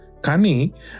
Kani